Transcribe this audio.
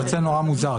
זה ייצא נורא מוזר,